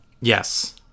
Yes